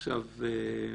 עכשיו,